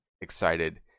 excited